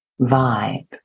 vibe